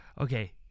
okay